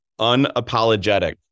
unapologetic